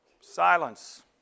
Silence